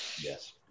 Yes